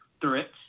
threats